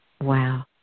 Wow